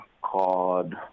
called